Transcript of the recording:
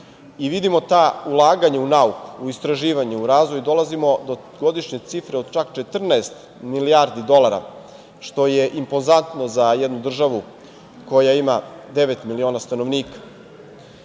i vidimo ta ulaganja u nauku, u istraživanje, u razvoj, dolazimo do godišnje cifre od čak 14 milijardi dolara, što je impozantno za jednu državu koja ima devet miliona stanovnika.